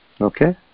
okay